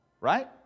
right